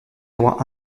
droits